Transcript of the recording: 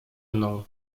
mną